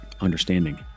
understanding